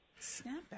Snapback